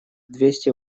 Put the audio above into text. двести